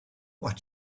what